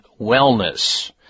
wellness